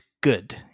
good